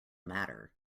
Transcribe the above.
matter